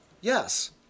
Yes